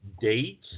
date